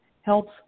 helps